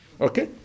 okay